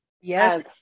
yes